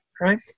right